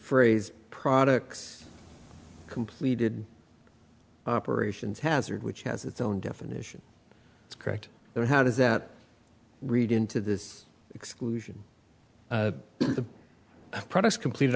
phrase products completed operations hazard which has its own definition correct then how does that read into the exclusion of products completed